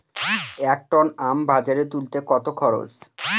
এক টন আম বাজারে তুলতে কত খরচ?